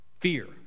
Fear